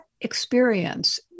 experience